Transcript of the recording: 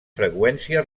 freqüència